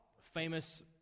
famous